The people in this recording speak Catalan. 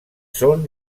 són